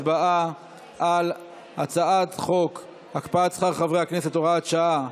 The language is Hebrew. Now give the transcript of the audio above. הצבעה על הצעת חוק הקפאת שכר חברי הכנסת (הוראת שעה),